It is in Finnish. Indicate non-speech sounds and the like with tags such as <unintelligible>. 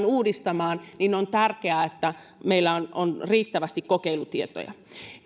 <unintelligible> uudistamaan on tärkeää että meillä on on riittävästi kokeilutietoja